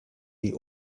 the